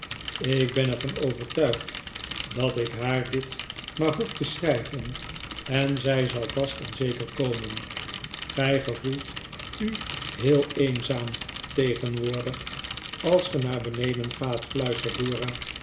ik ben er van overtuigd dat ik haar dit maar hoef te schrijven en zij zal vast en zeker komen gij gevoelt u heel eenzaam tegenwoordig als ge naar beneden gaat fluistert